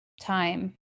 time